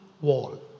wall